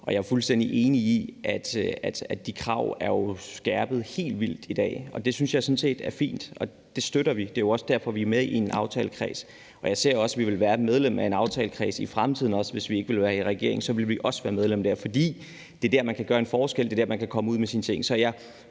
jeg er jo fuldstændig enig i, at de krav er skærpet helt vildt i dag. Det synes jeg sådan set er fint, og det støtter vi. Det er jo også derfor, vi er med i en aftalekreds. Jeg ser også, at vi vil være medlem af en aftalekreds i fremtiden. Også hvis vi ikke måtte være i regering, vil vi være medlem der, fordi det er der, man kan gøre en forskel, og det er der, man kan komme ud med sine ting.